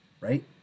Right